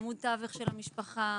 עמוד תווך של המשפחה,